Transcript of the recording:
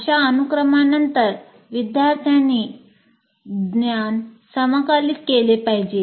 अशा अनुक्रमानंतर विद्यार्थ्यांनी ज्ञान समाकलित केले पाहिजे